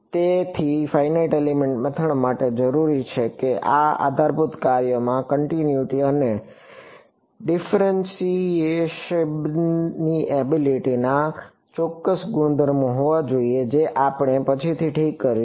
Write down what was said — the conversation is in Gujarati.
તેથી ફાઇનાઇટ એલિમેન્ટ મેથડ માટે જરૂરી છે કે આ આધારભૂત કાર્યોમાં કન્ટીનયુટી અને ડિફફરેનશીએબીલીટીના ચોક્કસ ગુણધર્મો હોવા જોઈએ જે આપણે પછીથી ઠીક કરીશું